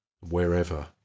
wherever